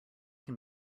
can